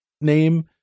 name